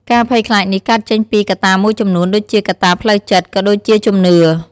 ការភ័យខ្លាចនេះកើតចេញពីកត្តាមួយចំនួនដូចជាកត្តាផ្លូវចិត្ត ក៏ដូចជាជំនឿ។